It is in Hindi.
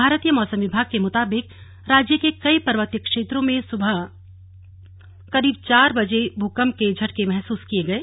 भारतीय मौसम विभाग के मुताबिक राज्य के कई पर्वतीय क्षेत्रों में सुबह करीब चार बजे भूकम्प के झटके महसूस किये गये